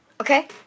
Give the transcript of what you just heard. Okay